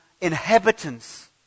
inhabitants